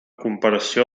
comparació